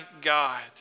God